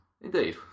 Indeed